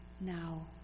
now